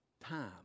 time